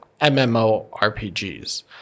MMORPGs